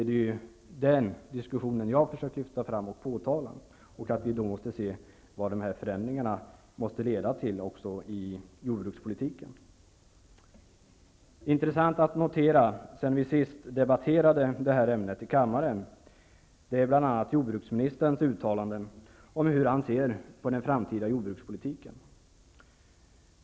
Det är den diskussionen jag försöker lyfta fram och påtala, och vi måste även se till vad de här förändringarna när det gäller jordbrukspolitiken i sin tur måste leda till. Vad som är intressant att notera sedan vi senast debatterade detta ämne i kammaren är bl.a. jordbruksministerns uttalande om hur han ser på den framtida jordbrukspolitiken.